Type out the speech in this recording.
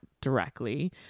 directly